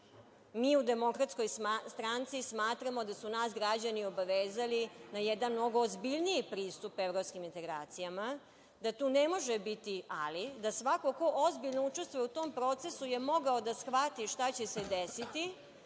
Mi u DS smatramo da su nas građani obavezali na jedan mnogo ozbiljniji pristup evropskim integracijama, da tu ne može biti - ali, da svako ko ozbiljno učestvuje u tom procesu je mogao da shvati šta će se desiti,